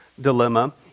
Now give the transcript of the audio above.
dilemma